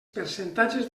percentatges